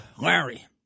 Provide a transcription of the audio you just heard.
Larry